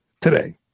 today